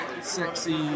sexy